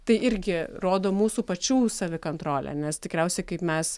tai irgi rodo mūsų pačių savikantrolę nes tikriausiai kaip mes